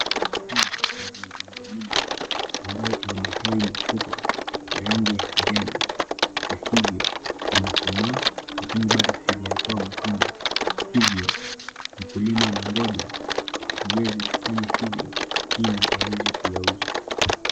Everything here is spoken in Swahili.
Shamba hili lenye migomba mingi. Ambayo ina matawi makubwa. Rangi ya kijani. Na hivyo imekomaa lakini bado haijayatoa matunda. Hivyo mkulima ana ngoja iweze kufanya hivyo ili aweze kuyauza.